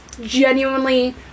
genuinely